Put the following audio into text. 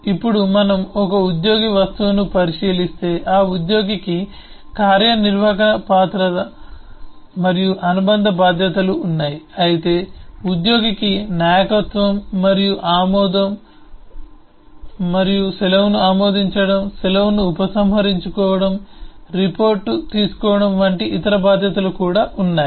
ఇప్పుడు మనము ఒక ఉద్యోగి వస్తువును పరిశీలిస్తే ఆ ఉద్యోగికి కార్యనిర్వాహక పాత్ర మరియు అనుబంధ బాధ్యతలు ఉన్నాయి అయితే ఉద్యోగికి నాయకత్వం మరియు ఆమోదం మరియు సెలవును ఆమోదించడం సెలవును ఉపసంహరించుకోవడం రిపోర్టింగ్ తీసుకోవడం వంటి ఇతర బాధ్యతలు కూడా ఉన్నాయి